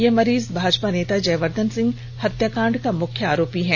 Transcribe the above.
यह मरीज भाजपा नेता जयवर्द्वन सिंह हत्याकांड का मुख्य आरोपी है